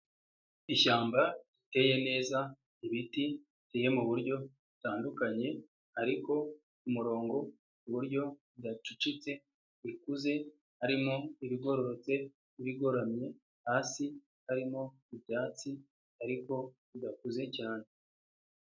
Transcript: Ishyamba riteye neza ibiti riri muburyo butandukanye ariko umurongo ku buryo budacucitse bikuze harimo ibigororotse igoramye hasi harimo ibyatsi ariko bidakuze cyane.